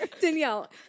Danielle